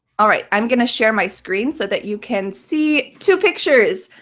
all right, i'm going to share my screen so that you can see two pictures,